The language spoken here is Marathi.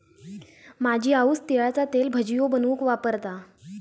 माझी आऊस तिळाचा तेल भजियो बनवूक वापरता